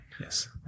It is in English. yes